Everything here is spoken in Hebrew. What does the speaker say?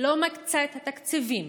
לא מקצה את התקציבים